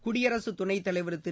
குடியரசு துணைத் தலைவர் திரு